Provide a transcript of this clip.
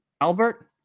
Albert